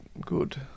Good